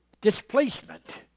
Displacement